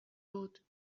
بود